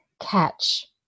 catch